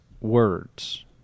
words